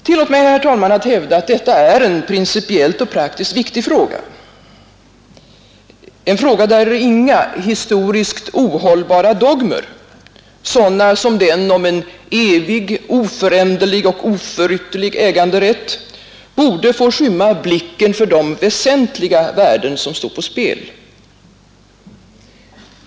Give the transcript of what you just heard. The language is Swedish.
Tillåt mig, herr talman, att hävda att detta är en principiellt och praktiskt viktig fråga, där inga historiskt ohållbara dogmer sådana som de om en evig, oföränderlig och oförytterlig äganderätt borde få skymma blicken för de väsentliga värden som står på spel.